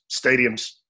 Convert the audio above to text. stadiums